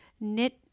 Knit